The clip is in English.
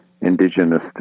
indigenous